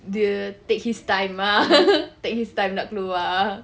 dia take his time lah take his time nak keluar